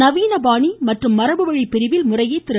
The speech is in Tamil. நவீனபாணி மற்றும் மரபுவழி பிரிவில் முறையே திரு